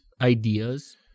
ideas